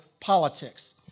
politics